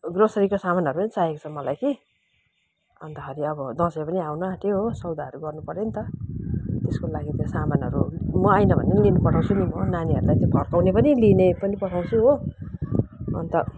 ग्रोसरीको सामानहरू पनि चाहिएको छ मलाई कि अन्तखेरि अब दसैँ पनि आउन आँट्यो हो सौदाहरू गर्नुपर्यो नि त त्यसको लागि चाहिँ सामानहरू म आइनँ भने पनि लिनु पठाउँछु नि म नानीहरूलाई त्यो फर्काउने पनि लिने पनि पठाउँछु हो अन्त